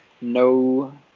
No